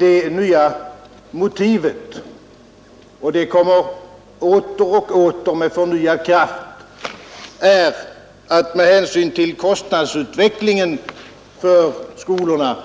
Det nya motivet — och det kommer åter och åter med förnyad kraft — är att med hänsyn till kostnadsutvecklingen för skolorna